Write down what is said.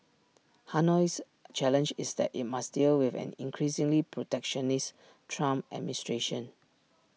Hanoi's challenge is that IT must deal with an increasingly protectionist Trump administration